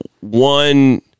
one